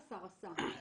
בדלת השנייה מאפשרים,